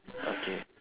okay